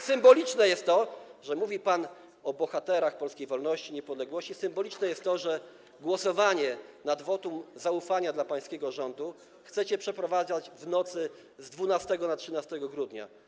Symboliczne jest to, że mówi pan o bohaterach polskiej wolności, niepodległości, symboliczne jest to, że głosowanie nad wotum zaufania dla pańskiego rządu chcecie przeprowadzać w nocy z 12 na 13 grudnia.